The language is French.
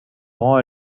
rend